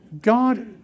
God